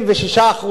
66%,